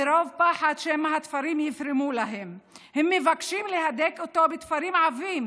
מרוב פחד שמא התפרים ייפרמו להם הם מבקשים להדק אותו בתפרים עבים,